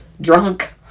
Drunk